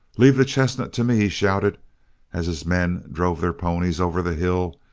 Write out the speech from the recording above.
leave the chestnut to me! he shouted as his men drove their ponies over the hill,